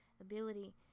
ability